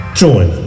join